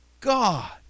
God